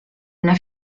una